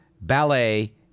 ballet